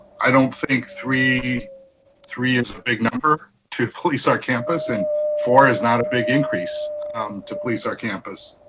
i don't think three three is a big number to police our campus and four is not a big increase to police our campus.